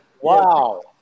Wow